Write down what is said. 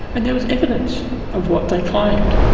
and there was evidence of what they claimed.